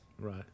Right